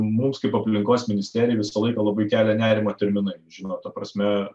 mums kaip aplinkos ministerijai visą laiką labai kelia nerimą terminai žinot ta prasme